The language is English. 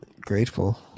grateful